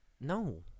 No